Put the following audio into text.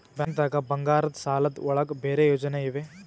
ಬ್ಯಾಂಕ್ದಾಗ ಬಂಗಾರದ್ ಸಾಲದ್ ಒಳಗ್ ಬೇರೆ ಯೋಜನೆ ಇವೆ?